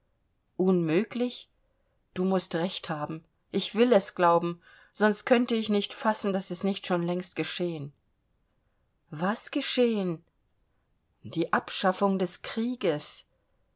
unmöglich du mußt recht haben ich will es glauben sonst könnte ich nicht fassen daß es nicht schon längst geschehen was geschehen die abschaffung des krieges